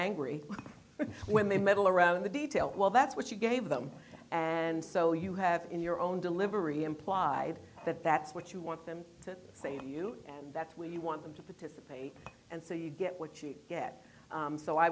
angry when they meddle around the details well that's what you gave them and so you have in your own delivery implied that that's what you want them to say to you and that's where you want them to participate and so you get what you get so i